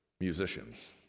musicians